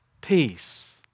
peace